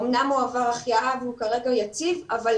אומנם הוא עבר החייאה והוא כרגע יציב, אבל